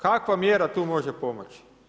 Kakva mjera tu može pomoći?